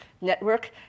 network